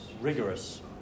rigorous